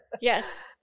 Yes